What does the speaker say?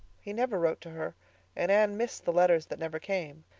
he never wrote to her and anne missed the letters that never came.